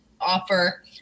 offer